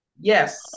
Yes